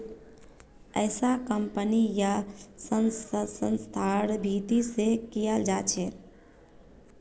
ऐसा कम्पनी या संस्थार भीती से कियाल जा छे